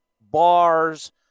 bars